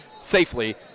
safely